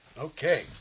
okay